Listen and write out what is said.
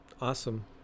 awesome